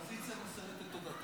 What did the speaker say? האופוזיציה מוסרת את תודתה.